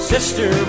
Sister